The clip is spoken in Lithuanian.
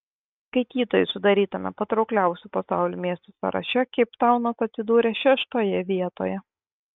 skaitytojų sudarytame patraukliausių pasaulio miestų sąraše keiptaunas atsidūrė šeštoje vietoje